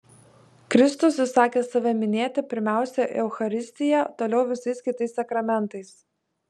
kristus įsakė save minėti pirmiausia eucharistija toliau visais kitais sakramentais